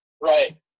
Right